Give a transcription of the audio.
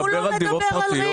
הוא לא מדבר על ריט.